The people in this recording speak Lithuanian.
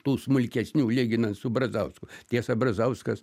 tų smulkesnių lyginant su brazausku tiesa brazauskas